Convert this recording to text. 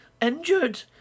injured